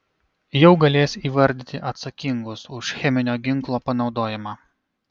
jau galės įvardyti atsakingus už cheminio ginklo panaudojimą